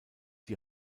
die